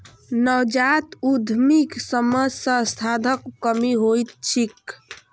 नवजात उद्यमीक समक्ष संसाधनक कमी होइत छैक